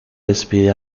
despide